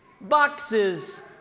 boxes